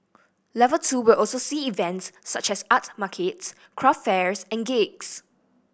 level two will also see events such as art markets craft fairs and gigs